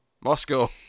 Moscow